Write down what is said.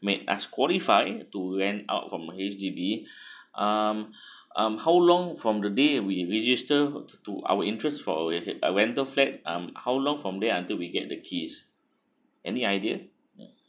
make us qualify to rent out from the H_D_B um um how long from the day we register to our interests for ahead uh rental flat um how long from there until we get the keys any idea ya